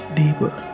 deeper